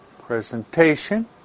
presentation